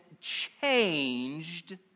changed